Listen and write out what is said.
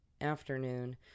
afternoon